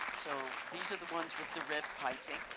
so these are the ones with the red piping.